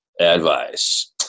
advice